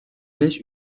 beş